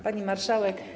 Pani Marszałek!